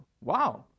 wow